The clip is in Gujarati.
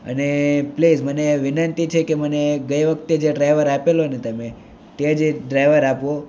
અને પ્લીઝ મને વિનંતી છે કે મને ગઈ વખતે જે ડ્રાઇવર આપેલો ને તમે તે જ ડ્રાઇવર આપો